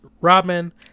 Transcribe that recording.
Robin